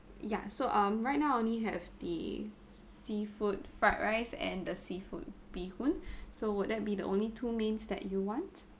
ya so um right now I only have the seafood fried rice and the seafood bee hoon so would that be the only two mains that you want